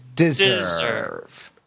Deserve